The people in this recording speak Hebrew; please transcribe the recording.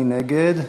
מי נגד?